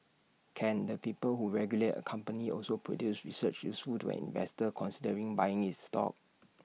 can the people who regulate A company also produce research useful to an investor considering buying its stock